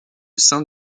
sainte